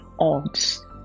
odds